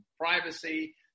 privacy